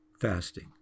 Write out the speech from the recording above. fasting